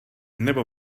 nebo